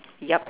yup